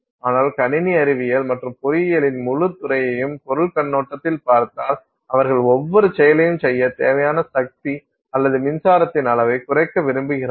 ஆனால் கணினி அறிவியல் மற்றும் பொறியியலின் முழுத் துறையையும் பொருள் கண்ணோட்டத்தில் பார்த்தால் அவர்கள் ஒவ்வொரு செயலையும் செய்யத் தேவையான சக்தி அல்லது மின்சாரத்தின் அளவைக் குறைக்க விரும்புகிறார்கள்